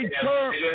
term